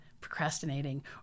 procrastinating